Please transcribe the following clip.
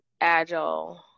agile